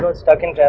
so stuck and yeah